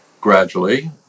gradually